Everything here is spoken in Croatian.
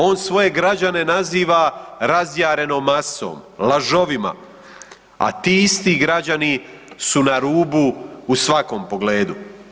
On svoje građane naziva „razjarenom masom, lažovima a ti isti građani su na rubu u svakom pogledu.